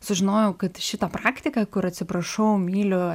sužinojau kad šitą praktiką kur atsiprašau myliu